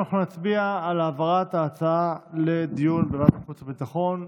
אנחנו נצביע על העברת ההצעה לדיון בוועדת חוץ וביטחון.